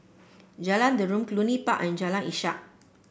Jalan Derum Cluny Park and Jalan Ishak